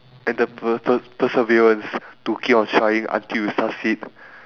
and the per~ per~ perseverance to keep on trying until you succeed